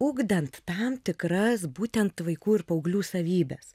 ugdant tam tikras būtent vaikų ir paauglių savybes